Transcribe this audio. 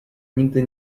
nigdy